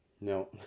No